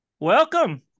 Welcome